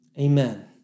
Amen